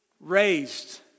raised